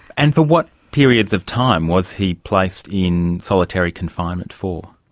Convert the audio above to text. and for what periods of time was he placed in solitary confinement for?